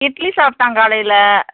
இட்லி சாப்பிட்டான் காலையில்